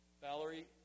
Valerie